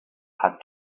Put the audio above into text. had